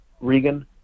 Regan